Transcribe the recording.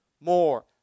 more